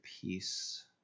peace